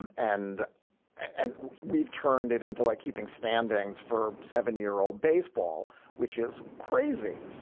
and and and we've turned it into like keeping standings for seven year old baseball which is crazy.